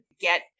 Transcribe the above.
get